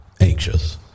anxious